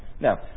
Now